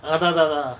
அதா ததா:atha thathaa